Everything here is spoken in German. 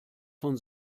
von